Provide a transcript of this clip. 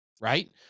right